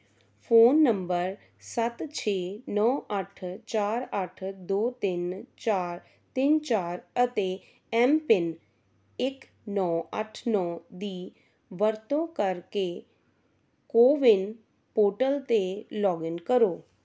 phone number ਸੱਤ ਛੇ ਨੌਂ ਅੱਠ ਚਾਰ ਅੱਠ ਦੋ ਤਿੰਨ ਚਾਰ ਤਿੰਨ ਚਾਰ ਅਤੇ ਐਮ ਪਿੰਨ ਇੱਕ ਨੌਂ ਅੱਠ ਨੌਂ ਦੀ ਵਰਤੋਂ ਕਰਕੇ ਕੋਵਿਨ ਪੋਰਟਲ 'ਤੇ ਲੌਗਇਨ ਕਰੋ